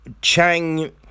Chang